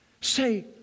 Say